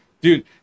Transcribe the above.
dude